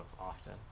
often